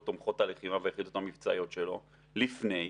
תומכות הלחימה והיחידות המבצעיות שלו לפני,